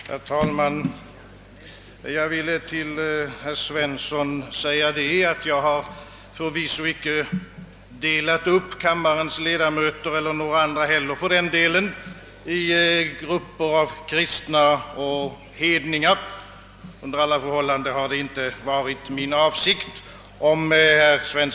Herr talman! Jag vill till herr Svensson i Kungälv säga, att jag förvisso inte har delat upp kammarens ledamöter, eller några andra heller för den delen, i grupper av kristna och hedningar. Under alla förhållanden har det inte varit min avsikt att göra så.